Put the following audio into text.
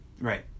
right